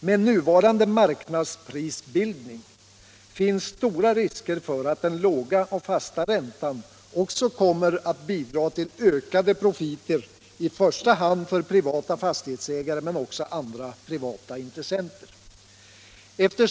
Med nuvarande marknadsprisbildning finns stora risker för att den låga och fasta räntan kommer att bidra till ökade profiter i första hand för privata fastighetsägare men också för andra privatintressenter.